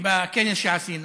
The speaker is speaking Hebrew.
בכנס שעשינו